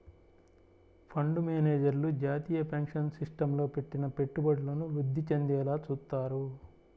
fund మేనేజర్లు జాతీయ pension సిస్టమ్లో పెట్టిన పెట్టుబడులను వృద్ధి చెందేలా చూత్తారు